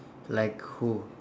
like who